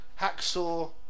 Hacksaw